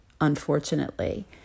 unfortunately